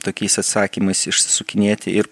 tokiais atsakymais išsisukinėti ir